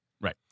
Right